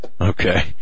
Okay